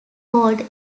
called